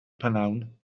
prynhawn